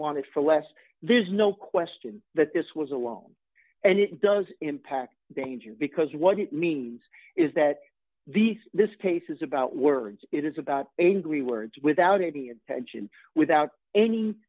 want it for less there's no question that this was a long and it does impact danger because what it means is that these this case is about words it is about a reword without any intention without any